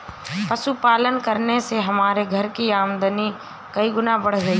पशुपालन करने से हमारे घर की आमदनी कई गुना बढ़ गई है